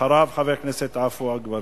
אחריו, חבר הכנסת עפו אגבאריה.